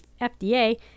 FDA